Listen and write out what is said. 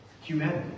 humanity